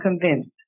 convinced